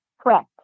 Correct